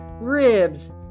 ribs